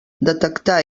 detectar